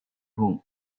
home